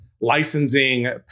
licensing